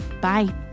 Bye